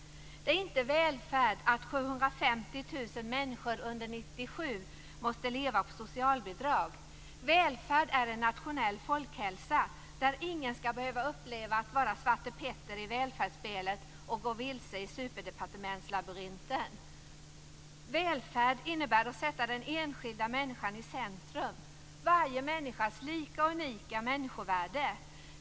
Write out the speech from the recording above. Det är inte välfärd att 750 000 människor under 1997 måste leva på socialbidrag. Välfärd är en nationell folkhälsa. Ingen skall behöva uppleva att vara Svarte Petter i välfärdsspelet och gå vilse i superdepartementslabyrinten. Välfärd innebär att den enskilda människan sätts i centrum. Det handlar om varje människas lika och unika människovärde.